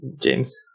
James